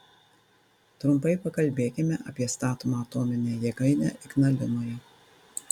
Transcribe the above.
trumpai pakalbėkime apie statomą atominę jėgainę ignalinoje